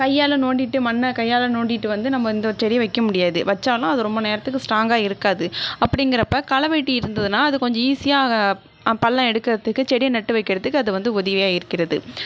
கையால் நோண்டிவிட்டு மண்ணை கையால் நோண்டிவிட்டு வந்து நம்ம இந்த ஒரு செடியை வைக்க முடியாது வச்சாலும் அது ரொம்ப நேரத்துக்கு ஸ்ட்ராங்காக இருக்காது அப்படிங்குறப்போ களைவெட்டி இருந்ததுன்னா அது கொஞ்சம் ஈஸியாக பள்ளம் எடுக்கிறத்துக்கு செடியை நட்டு வைக்கிறத்துக்கு அது வந்து உதவியாக இருக்கிறது